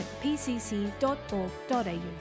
pcc.org.au